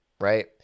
right